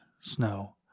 snow